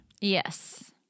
Yes